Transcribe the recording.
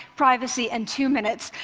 privacy and two minutes,